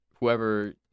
whoever